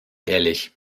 ehrlich